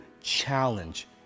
challenge